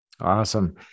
Awesome